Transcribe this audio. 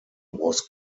was